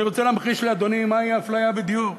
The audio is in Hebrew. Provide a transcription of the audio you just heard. אני רוצה להמחיש לאדוני מהי האפליה בדיור.